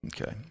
okay